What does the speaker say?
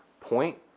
point